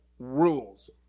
Rules